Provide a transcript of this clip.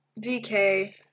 VK